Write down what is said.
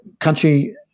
country